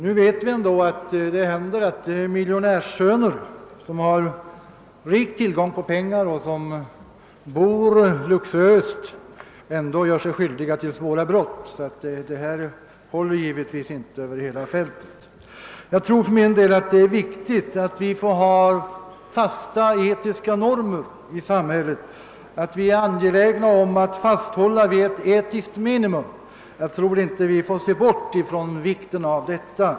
Nu vet vi ju att det händer att miljonärssöner, som har rik tillgång på pengar och som bor luxuöst, ändå gör sig skyldig till svåra brott. Resonemanget håller alltså inte över hela fältet. Jag tror för min del att det är viktigt att vi har fasta etiska normer i samhället, att vi är angelägna att fasthålla vid ett etiskt minimum. Jag tror inte att vi i detta sammanhang får bortse från vikten av detta.